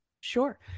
Sure